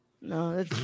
no